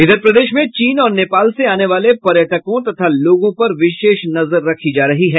इधर प्रदेश में चीन और नेपाल से आने वाले पर्यटकों तथा लोगों पर विशेष नजर रखी जा रही है